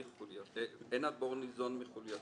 לומר: אין הבור ניזון מחולייתו,